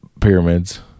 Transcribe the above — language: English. pyramids